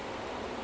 mm